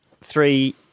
three